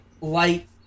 light